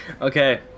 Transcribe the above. okay